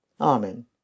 Amen